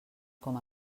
com